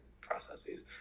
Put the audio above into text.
processes